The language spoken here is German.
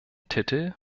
titel